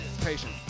patience